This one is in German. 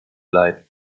leiden